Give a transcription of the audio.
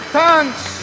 thanks